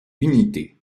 unité